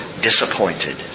disappointed